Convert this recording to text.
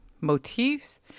motifs